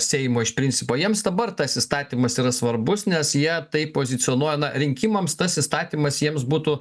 seimo iš principo jiems dabar tas įstatymas yra svarbus nes jie tai pozicionuoja na rinkimams tas įstatymas jiems būtų